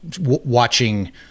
watching